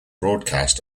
broadcast